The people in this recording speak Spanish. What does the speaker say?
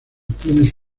tienes